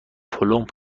پمپ